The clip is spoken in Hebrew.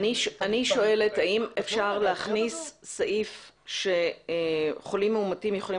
אני שואלת האם אפשר להכניס סעיף שחולים מאומתים יכולים